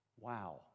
Wow